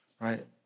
right